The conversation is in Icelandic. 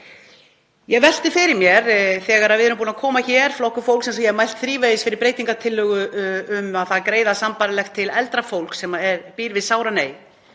Ég velti fyrir mér þegar við erum búin að koma hér, Flokkur fólksins, og ég hef mælt þrívegis fyrir breytingartillögu um að greiða sambærilegt til eldra fólks sem býr við sára neyð